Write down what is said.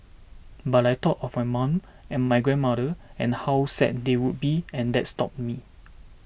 but I thought of my mum and my grandmother and how sad they would be and that stopped me